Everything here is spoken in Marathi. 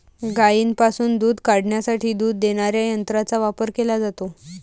गायींपासून दूध काढण्यासाठी दूध देणाऱ्या यंत्रांचा वापर केला जातो